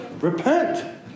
Repent